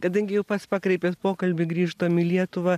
kadangi jau pats pakreipėt pokalbį grįžtam į lietuvą